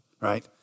Right